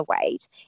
weight